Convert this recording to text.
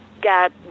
got